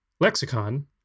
lexicon